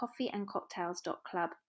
coffeeandcocktails.club